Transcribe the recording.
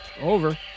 Over